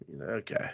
Okay